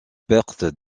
perte